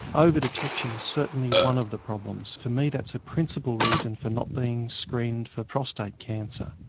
over-detection is certainly one of the problems. for me that's a principle reason for not being screened for prostate cancer.